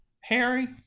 Harry